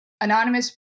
anonymous